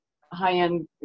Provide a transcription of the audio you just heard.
high-end